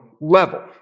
level